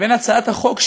לבין הצעת החוק,